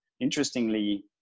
Interestingly